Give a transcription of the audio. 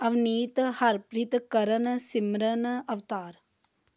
Avneet Harpreet Karan Simran Avtar